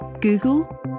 Google